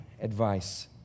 advice